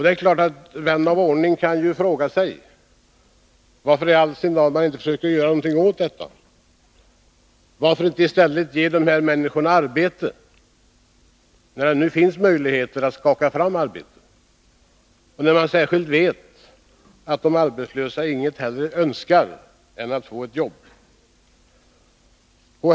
Det är klart att vän av ordning då kan fråga sig varför man i all sin dar inte försöker göra någonting åt detta. Varför inte i stället ge dessa människor arbete, när det nu finns möjligheter att skaka fram arbeten — särskilt när man vet att de arbetslösa inget hellre önskar än att få ett jobb!